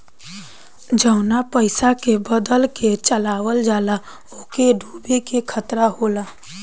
जवना पइसा के बदल के चलावल जाला ओके डूबे के खतरा होला